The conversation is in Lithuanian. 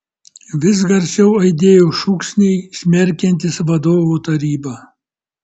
vis garsiau aidėjo šūksniai smerkiantys vadovų tarybą